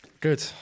Good